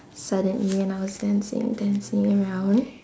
suddenly when I was dancing dancing around